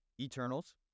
Eternals